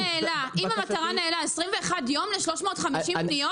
21 יום ל-350 פניות?